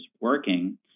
working